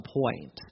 point